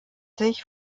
sich